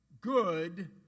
Good